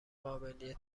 قابلیت